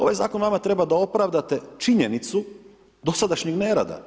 Ovaj zakon nama treba da opravdate činjenicu dosadašnjeg nerada.